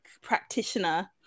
practitioner